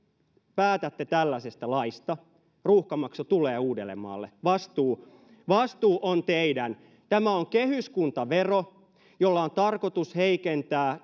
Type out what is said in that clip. päätätte tällaisesta laista ja ruuhkamaksu tulee uudellemaalle vastuu vastuu on teidän tämä on kehyskuntavero jolla on tarkoitus heikentää